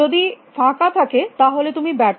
যদি ফাঁকা থাকে তাহলে তুমি ব্যর্থ